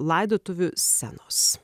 laidotuvių scenos